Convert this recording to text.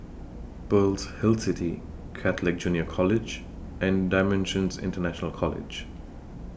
Pearl's Hill City Catholic Junior College and DImensions International College